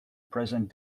present